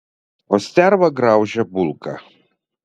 o sterva graužia bulką